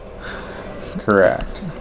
Correct